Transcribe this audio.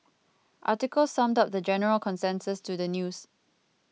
article summed up the general consensus to the news